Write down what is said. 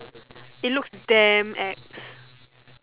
it looks damn ex